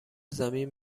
زمین